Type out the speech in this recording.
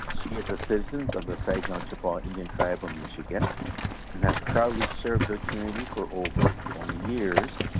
is a citizen of the saginaw chippewa indian tribe of michigan and has proudly served her community for over twenty years.